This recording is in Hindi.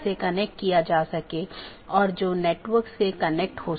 ये IBGP हैं और बहार वाले EBGP हैं